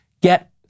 Get